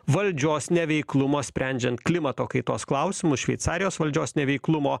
valdžios neveiklumo sprendžiant klimato kaitos klausimus šveicarijos valdžios neveiklumo